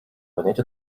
понять